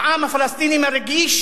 העם הפלסטיני מרגיש